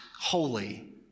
holy